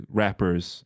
rappers